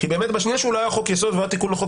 כי באמת בשנייה שהוא לא היה חוק-יסוד והוא היה תיקון לחוק